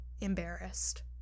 embarrassed